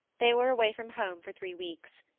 they were away from home for three weeks.